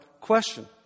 question